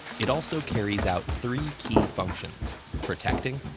it also carries out three key functions protecting,